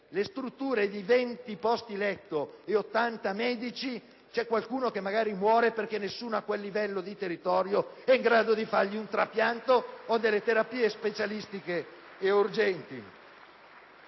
di strutture con 20 posti letto e 80 medici - c'è qualcuno che magari muore perché nessuno a quel livello di territorio è in grado di eseguire un trapianto o terapie specialistiche e urgenti!